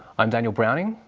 i'm daniel browning.